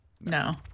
No